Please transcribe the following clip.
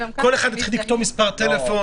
לא תהיה בעיה להגיע למספר הטלפון.